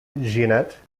jeanette